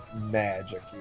magic